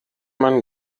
man